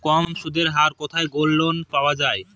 কম সুদের হারে কোথায় গোল্ডলোন পাওয়া য়ায়?